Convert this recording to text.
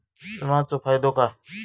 विमाचो फायदो काय?